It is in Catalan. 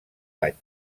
anys